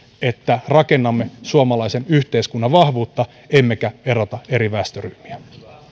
että rakennamme suomalaisen yhteiskunnan vahvuutta emmekä erota eri väestöryhmiä